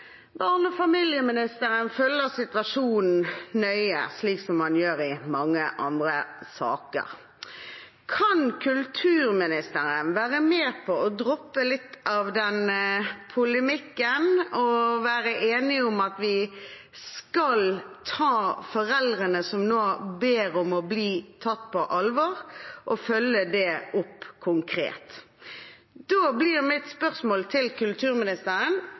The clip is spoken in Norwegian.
barne- og familieministeren følger situasjonen nøye, slik man gjør i mange andre saker. Kan kulturministeren være med på å droppe litt av polemikken og være enig i at vi skal ta på alvor foreldrene som nå ber det, og følge det opp konkret? Da blir mitt spørsmål til kulturministeren: